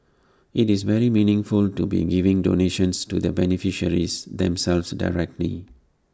IT is very meaningful to be giving donations to the beneficiaries themselves directly